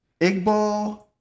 Igbo